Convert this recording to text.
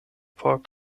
por